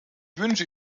wünsche